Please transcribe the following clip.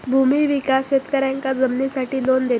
भूमि विकास शेतकऱ्यांका जमिनीसाठी लोन देता